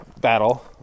battle